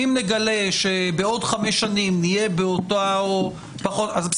אם נגלה שבעוד חמש שנים, נצטרך לקבל אני